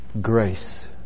grace